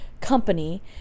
company